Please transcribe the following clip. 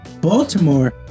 Baltimore